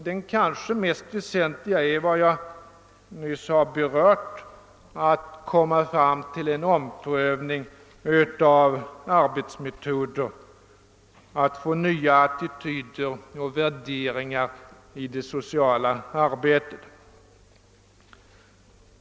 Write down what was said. Den kanske mest väsentliga frågan är vad jag nyss berört: att komma fram till en omprövning av arbetsmetoder, att få till stånd nya attityder och värderingar i det sociala arbetet.